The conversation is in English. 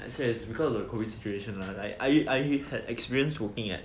I say is because of the COVID situation lah I I had experience working at